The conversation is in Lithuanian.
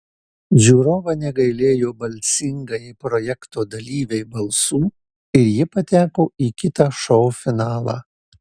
žiūrovai negailėjo balsingajai projekto dalyvei balsų ir ji pateko į kitą šou finalą